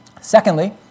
Secondly